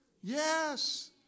Yes